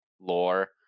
lore